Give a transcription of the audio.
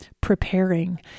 preparing